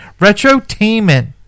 Retrotainment